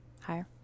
Hi